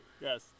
Yes